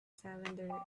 cylinder